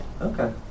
Okay